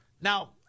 Now